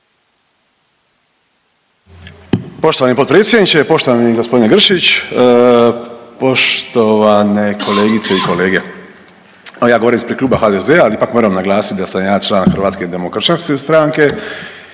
Poštovani potpredsjedniče, poštovani gospodine Gršić, poštovane kolegice i kolege. Evo ja govorim ispred kluba HDZ-a, ali ipak moram naglasiti da sam ja član Hrvatske demokršćanske stranke